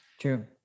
True